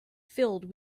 filled